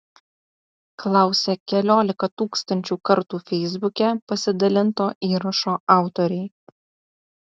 klausia keliolika tūkstančių kartų feisbuke pasidalinto įrašo autoriai